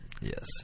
Yes